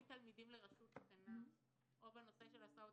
תלמידים לרשות קטנה או בשל נושא ההסעות,